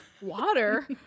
Water